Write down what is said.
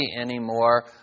anymore